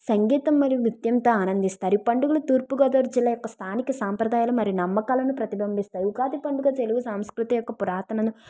సంగీతం మరియు నృత్యంతో ఆనందిస్తారు ఈ పండుగను తూర్పుగోదావరి యొక్క స్థానిక సాంప్రదాయాలు మరియు నమ్మకాలను ప్రతిబంభిస్తాయి ఉగాది పండుగ తెలుగు సాంస్కృతి యొక్క పురాతనను